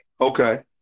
Okay